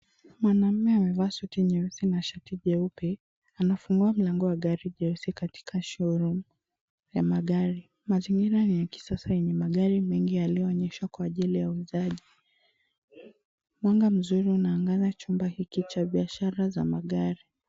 Mwanamme amevaa suti nyeusi na shati jeupe, anafungua mlango wa gari jeusi katijka showroom ya magari. Mazingira ni ya kisasa yenye magari mengi yaliyoonyeshwa kwajili ya uuzaji. Mwanga mzuri unaangaza chumba hiki cha biashara za magari.